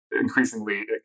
increasingly